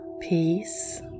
peace